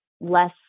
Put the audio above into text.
less